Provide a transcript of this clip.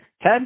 Ted